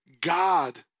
God